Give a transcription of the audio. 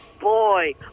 boy